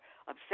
upset